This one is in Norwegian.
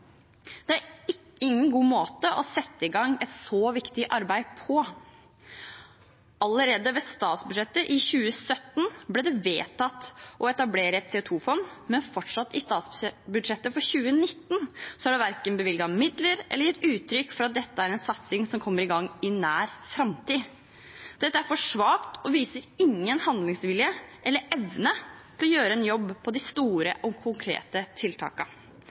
selv. Det er ingen god måte å sette i gang et så viktig arbeid på. Allerede i forbindelse med behandlingen av statsbudsjettet for 2017 ble det vedtatt å etablere et CO2-fond, men i statsbudsjettet for 2019 er det fortsatt verken bevilget midler eller gitt uttrykk for at dette er en satsing som kommer i gang i nær framtid. Dette er for svakt og viser ingen handlingsvilje eller evne til å gjøre en jobb for de store og konkrete